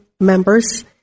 members